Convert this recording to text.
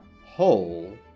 whole